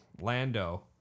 Lando